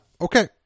okay